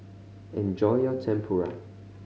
enjoy your Tempura